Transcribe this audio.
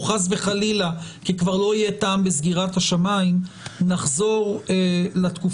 חס וחלילה כי כבר לא יהיה טעם בסגירת השמיים נחזור לתקופה